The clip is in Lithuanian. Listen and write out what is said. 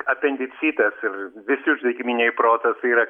apendicitas ir visi uždegiminiai procesai yra